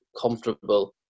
comfortable